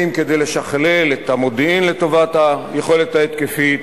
אם כדי לשכלל את המודיעין לטובת היכולת ההתקפית,